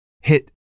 hit